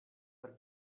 for